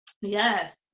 Yes